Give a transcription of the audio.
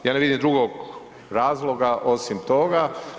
Ja ne vidim drugog razloga osim toga.